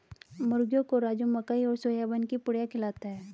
मुर्गियों को राजू मकई और सोयाबीन की पुड़िया खिलाता है